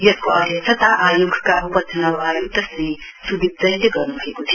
यसको आध्यक्षता आयोगका उप चुनाउ आयुक्त श्री सुदीप जैनले गर्नुभएको थियो